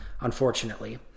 unfortunately